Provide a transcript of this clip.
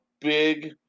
big